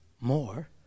more